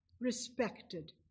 respected